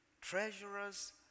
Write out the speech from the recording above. treasurers